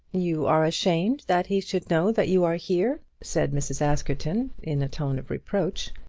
you are ashamed that he should know that you are here, said mrs. askerton, in a tone of reproach.